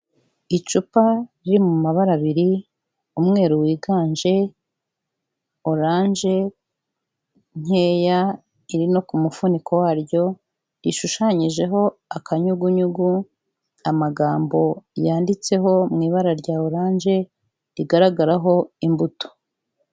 Icupa riri mu mabara abiri; umweru wiganje, oranje nkeya iri no ku mufuniko waryo, rishushanyijeho akanyugunyugu, amagambo yanditseho mu ibara rya oranje rigaragaraho imbuto.